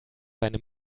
seine